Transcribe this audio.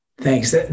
thanks